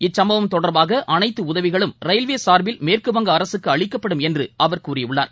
இச்சுப்பவம் தொடர்பாக அனைத்து உதவிகளும் ரயில்வே சார்பில் மேற்குவங்க அரசுக்கு அளிக்கப்படும் என்று அவர் கூறியுள்ளார்